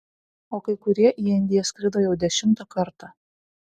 o kai kurie į indiją skrido jau dešimtą kartą